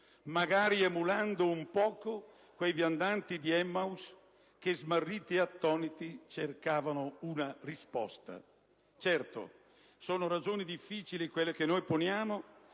magari emulando un poco quei viandanti di Emmaus che smarriti e attoniti cercavano una risposta. Certo, sono ragioni difficili quelle che noi poniamo,